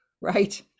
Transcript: right